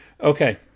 Okay